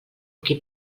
qui